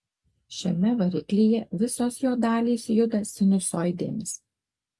šiame variklyje visos jo dalys juda sinusoidėmis